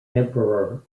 emperor